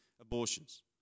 abortions